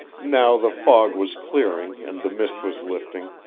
now the fog was clearing and the mist was lifting,